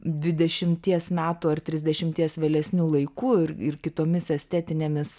dvidešimties metų ar trisdešimties vėlesniu laiku ir ir kitomis estetinėmis